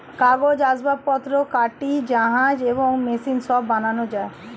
কাগজ, আসবাবপত্র, কাঠি, জাহাজ এবং মেশিন সব বানানো যায়